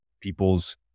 people's